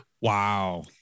Wow